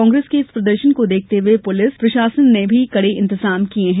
कांग्रेस के इस प्रदर्शन को देखते हुए पुलिस प्रशासन ने भी सुरक्षा के कड़े इंतजाम किए हैं